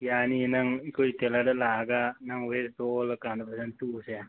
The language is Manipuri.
ꯌꯥꯅꯤꯌꯦ ꯅꯪ ꯑꯩꯈꯣꯏ ꯇꯦꯂꯔꯗ ꯂꯥꯛꯂꯒ ꯅꯪ ꯋꯦꯁꯇꯣ ꯑꯣꯜꯂ ꯀꯥꯟꯗ ꯐꯖꯅ ꯇꯨꯁꯦ